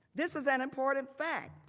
this was an important fact.